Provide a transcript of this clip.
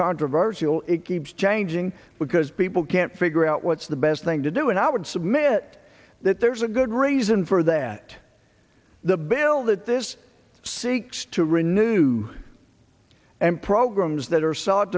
controversial it keeps changing because people can't figure out what's the best thing to do and i would submit that there's a good reason for that the bill that this seeks to renew and programs that are